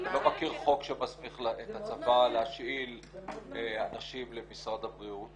אני לא מכיר את חוק שמסמיך את הצבא להשאיל אנשים למשרד הבריאות.